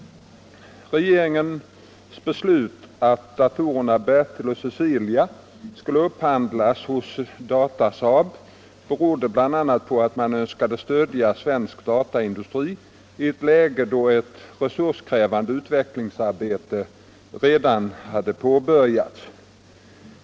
Regeringens beslut att datorerna Bertil och Cecilia skulle upphandlas hos Datasaab berodde bl.a. på att man önskade stödja svensk dataindustri i ett läge där ett resurskrävande utvecklingsarbete redan hade påbörjats.